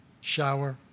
shower